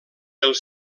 els